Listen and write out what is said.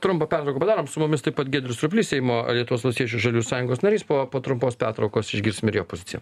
trumpą pertrauką padarom su mumis taip pat giedrius surplys seimo lietuvos valstiečių žaliųjų sąjungos narys po po trumpos pertraukos išgirsim ir jo poziciją